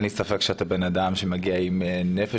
אין לי ספק שאתה בן אדם שמגיע עם נפש